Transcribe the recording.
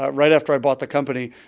ah right after i bought the company,